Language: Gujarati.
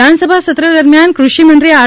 ફળદુ વિધાનસભા સત્ર દરમ્યાન કૃષિમંત્રી આર